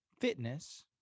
fitness